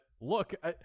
look